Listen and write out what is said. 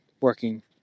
working